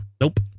Nope